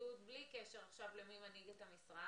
הפקידות בלי קשר עכשיו מי מנהיג את המשרד,